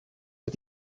für